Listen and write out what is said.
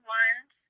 ones